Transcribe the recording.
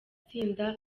tsinda